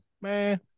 Man